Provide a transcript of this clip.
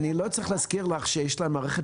אני לא צריך להזכיר לך שיש לנו מערכת